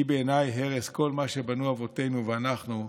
שהיא בעיניי הרס כל מה שבנו אבותינו ואנחנו,